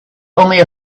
only